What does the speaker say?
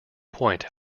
point